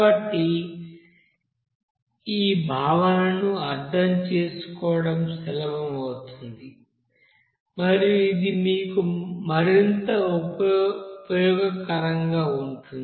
కాబట్టి ఈ భావనను అర్థం చేసుకోవడం సులభం అవుతుంది మరియు ఇది మీకు మరింత ఉపయోగకరంగా ఉంటుంది